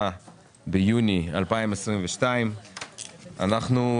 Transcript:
8 ביוני 2022. בעצם,